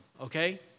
okay